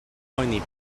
poeni